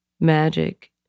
magic